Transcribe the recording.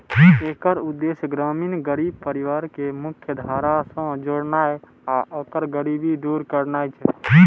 एकर उद्देश्य ग्रामीण गरीब परिवार कें मुख्यधारा सं जोड़नाय आ ओकर गरीबी दूर करनाय छै